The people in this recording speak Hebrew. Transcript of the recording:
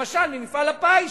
למשל ממפעל הפיס,